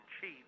cheap